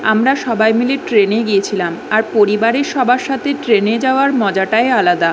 আমরা সবাই মিলে ট্রেনে গিয়েছিলাম আর পরিবারের সবার সাথে ট্রেনে যাওয়ার মজাটাই আলাদা